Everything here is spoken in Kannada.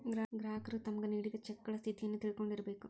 ಗ್ರಾಹಕರು ತಮ್ಗ್ ನೇಡಿದ್ ಚೆಕಗಳ ಸ್ಥಿತಿಯನ್ನು ತಿಳಕೊಂಡಿರ್ಬೇಕು